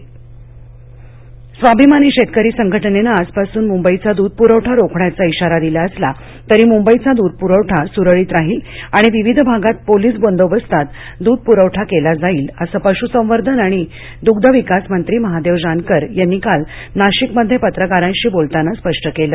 नाशिक स्वाभिमानी शेतकरी संघटनेनं आज पासून मुंबईचा दूध पुरवठा रोखण्याचा शारा दिला असला तरी मुंबईचा दूध पुरवठा सुरळीत राहील आणि विविध भागात पोलीस बंदोबस्तात दूध पुरवठा केला जाईल असं पशू संवर्धन आणि दृग्ध विकास मंत्री महादेव जानकर यांनी काल नाशिकमध्ये पत्रकारांशी बोलताना स्पष्ट केल